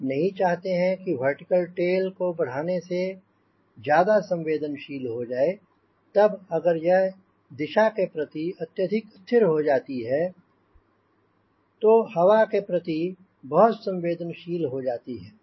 आप नहीं चाहते हैं कि वर्टिकल टेल को बढ़ाने से ज्यादा संवेदनशील हो जाए तब अगर यह दिशा के प्रति अत्यधिक स्थिर हो जाती है तो हवा के प्रति बहुत संवेदनशील हो जाती है